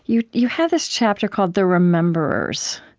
you you have this chapter called the rememberers,